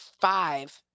five